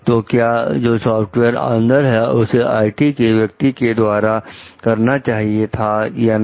तो क्या जो सॉफ्टवेयर अंदर है उसे आईटी के व्यक्ति के द्वारा करना चाहिए था या नहीं